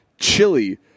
chili